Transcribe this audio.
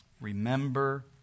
Remember